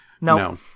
No